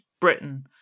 Britain